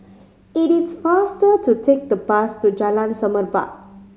it is faster to take the bus to Jalan Semerbak